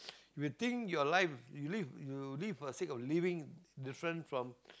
you think your life you live you live for the sake of living different from